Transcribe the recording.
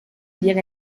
dir